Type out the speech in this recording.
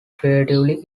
creatively